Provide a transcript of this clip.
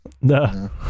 No